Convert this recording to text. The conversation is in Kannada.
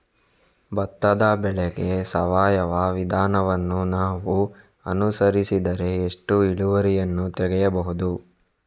ಭತ್ತದ ಬೆಳೆಗೆ ಸಾವಯವ ವಿಧಾನವನ್ನು ನಾವು ಅನುಸರಿಸಿದರೆ ಎಷ್ಟು ಇಳುವರಿಯನ್ನು ತೆಗೆಯಬಹುದು?